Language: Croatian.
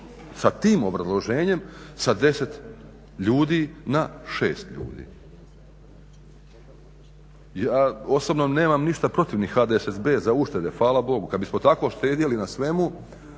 sa tim obrazloženjem sa 10 ljudi na 6 ljudi. Ja osobno nemam ništa protiv ni HDSSB za uštede, hvala bogu. Kad bismo tako štedjeli na svemu,